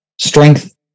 strength